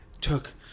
took